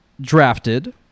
drafted